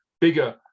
bigger